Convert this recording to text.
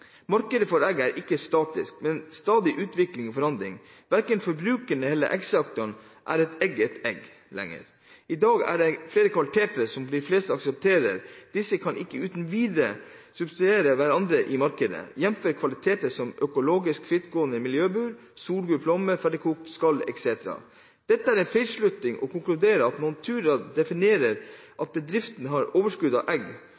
Markedet for egg er ikke statisk, men i stadig utvikling og forandring. Verken for forbrukerne eller for eggsektoren er «et egg et egg» lenger. I dag er det flere kvaliteter som de fleste aksepterer at ikke uten videre kan substituere hverandre i markedet, jf. kvaliteter som økologisk, frittgående, miljøbur, solgul plomme, ferdigkokt uten skall etc. Det er en feilslutning å konkludere med at når Nortura definerer at bedriften har overskudd av egg,